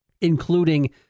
including